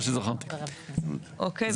אוקיי.